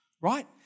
Right